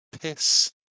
piss